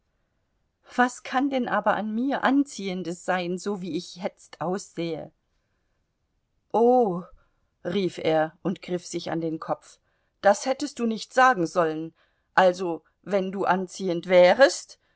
was kann denn aber an mir anziehendes sein so wie ich jetzt aussehe oh rief er und griff sich an den kopf das hättest du nicht sagen sollen also wenn du anziehend wärest